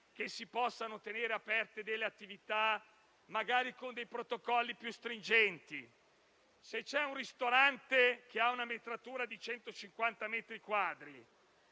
che si possano tenere comunque aperte delle attività magari con dei protocolli più stringenti: se un ristorante ha una metratura di 150 metri quadrati